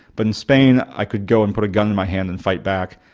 but in spain i could go and put a gun in my hand and fight back'.